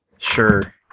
Sure